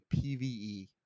PVE